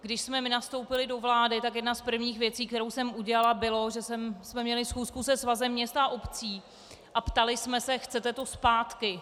Když jsme my nastoupili do vlády, tak jedna z prvních věcí, kterou jsem udělala, bylo, že jsme měli schůzku se Svazem měst a obcí a ptali jsme se: Chce to zpátky?